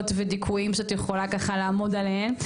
ודיכויים שאת יכולה ככה לעמוד עליהם.